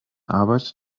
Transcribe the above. arbeit